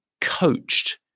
coached